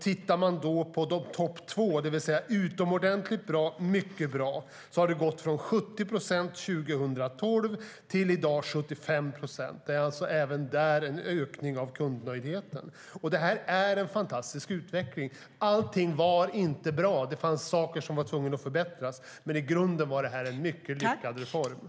För de två i topp, det vill säga mycket bra och utomordentligt bra, har det ökat från 70 procent 2012 till 75 procent i dag. Även här är det en ökning av kundnöjdheten. Det är en fantastisk utveckling. Allt var inte bra. Det fanns saker som behövde förbättras. Men i grunden var det en mycket lyckad reform.